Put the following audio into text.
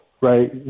right